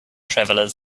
travelers